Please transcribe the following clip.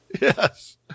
Yes